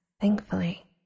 thankfully